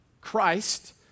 Christ